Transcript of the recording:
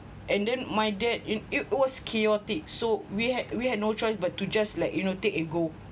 and then my dad in it was chaotic so we had we had no choice but to just like you know take and go